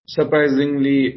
Surprisingly